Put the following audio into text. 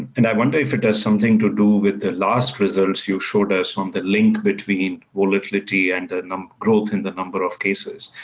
and i wonder if it has something to do with the last results you showed us on the link between volatility and growth in the number of cases.